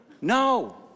No